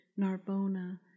Narbona